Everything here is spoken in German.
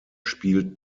spielt